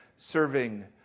Serving